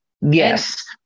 Yes